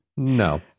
No